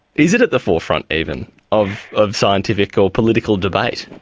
is it at the forefront even of of scientific or political debate?